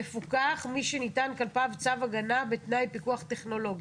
"מפוקח" מי שניתן כלפיו צו הגנה בתנאי פיקוח טכנולוגי,